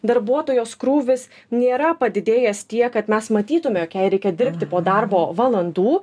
darbuotojos krūvis nėra padidėjęs tiek kad mes matytume jog jai reikia dirbti po darbo valandų